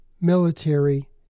military